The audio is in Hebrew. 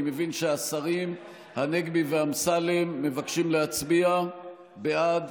אני מבין שהשרים הנגבי ואמסלם מבקשים להצביע בעד